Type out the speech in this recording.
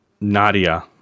Nadia